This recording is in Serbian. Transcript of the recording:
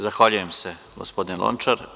Zahvaljujem se gospodine Lončar.